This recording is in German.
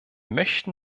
möchten